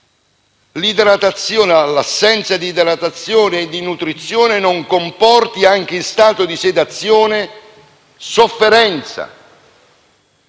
l'assenza di idratazione e di nutrizione non comporti, anche in stato di sedazione, sofferenza,